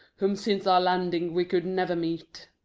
whom since our landing we could never meet.